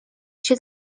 się